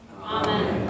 Amen